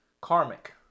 Karmic